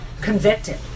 convicted